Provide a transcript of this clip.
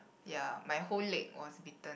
ya my whole leg was bitten